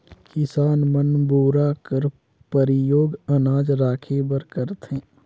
किसान मन बोरा कर परियोग अनाज राखे बर करथे